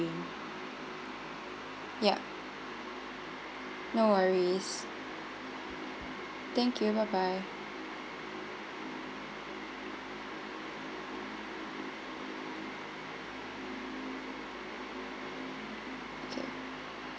ya no worries thank you bye bye okay